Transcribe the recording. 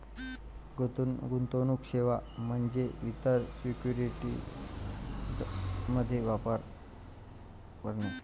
गुंतवणूक सेवा म्हणजे इतर सिक्युरिटीज मध्ये व्यापार करणे